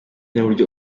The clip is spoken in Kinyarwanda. n’uburyo